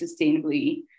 sustainably